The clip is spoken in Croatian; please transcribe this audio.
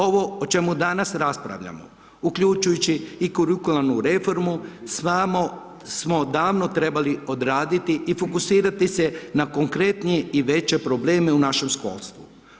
Ovo o čemu danas raspravljamo, uključujući i kurikularnu reformu, smo davno trebali odraditi i fokusirati se na konkretne i veće probleme u našem školstvu.